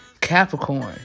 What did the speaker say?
Capricorn